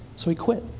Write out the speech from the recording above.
so he quit.